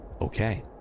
Okay